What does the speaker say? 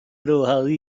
روحانی